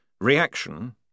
Reaction